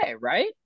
right